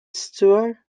stewart